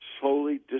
slowly